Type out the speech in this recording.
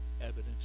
evidence